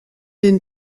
den